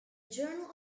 journal